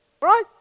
Right